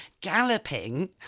galloping